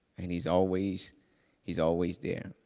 and he's always he's always there,